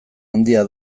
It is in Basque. handia